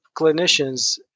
clinicians